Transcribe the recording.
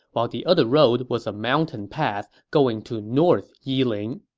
while the other road was a mountain path going to north yiling.